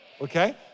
Okay